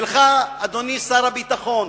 לך, אדוני שר הביטחון: